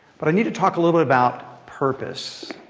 but i need to talk a little bit about purpose,